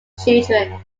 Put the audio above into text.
children